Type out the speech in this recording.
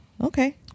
Okay